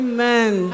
Amen